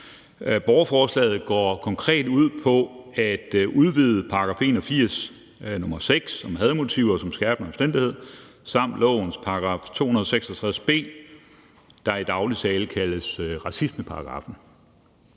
Borgerforslaget går konkret ud på at udvide § 81, nr. 6, om hadmotiver som skærpende omstændighed, samt lovens § 266 b, der i daglig tale kaldes racismeparagraffen.